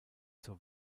zur